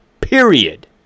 period